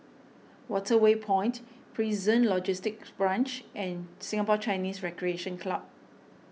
Waterway Point Prison Logistic Branch and Singapore Chinese Recreation Club